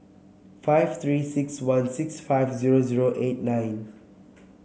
five Three six one six five zero zero eight nine